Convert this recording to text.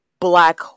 black